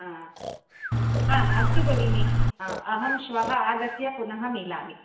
अस्तु भगिनी अहं श्वः आगत्य पुनः मिलामि